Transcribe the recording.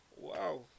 Wow